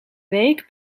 week